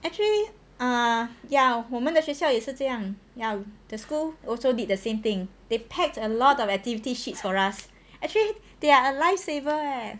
actually err ya 我们的学校也是这样 ya the school also did the same thing they packed a lot of activity sheets for us actually they are a lifesaver eh